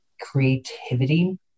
creativity